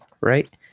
right